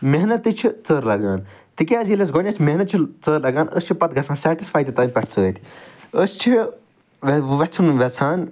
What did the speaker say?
محنت تہِ چھِ ژٔر لَگان تِکیٛاز ییٚلہِ اسہِ گۄڈٕنیٚتھ محنت چھِ ژٔر لَگان أسۍ چھِ پَتہٕ گَژھان سیٹِسفاے تَمہِ پٮ۪ٹھ سۭتۍ أسۍ چھِ ویٚژھُن ویٚژھان کہِ